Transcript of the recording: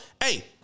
hey